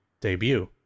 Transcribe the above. debut